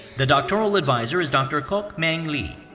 the doctoral advisor is dr. kok-meng lee.